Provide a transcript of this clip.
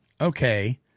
okay